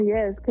Yes